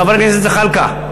חבר הכנסת זחאלקה,